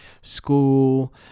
school